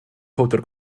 powdr